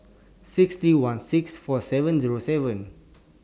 six three one six four seven Zero seven